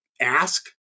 ask